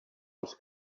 els